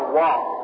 walk